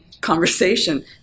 conversation